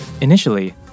Initially